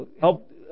help